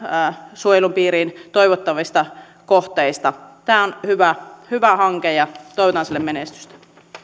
suojelun piiriin toivottavista kohteista tämä on hyvä hyvä hanke ja toivotan sille menestystä